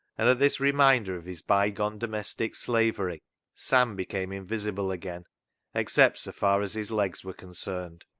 and at this reminder of his bygone domestic slavery sam became invisible again except so far as his legs were concerned.